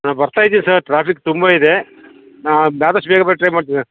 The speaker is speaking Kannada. ನಾವು ಬರ್ತಾಯಿದ್ದೀವಿ ಸರ್ ಟ್ರಾಫಿಕ್ ತುಂಬ ಇದೆ ಆದಷ್ಟು ಬರೋಕೆ ಟ್ರೈ ಮಾಡ್ತೀನಿ ಸರ್